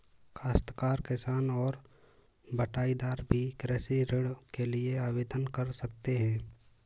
काश्तकार किसान और बटाईदार भी कृषि ऋण के लिए आवेदन कर सकते हैं